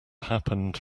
happened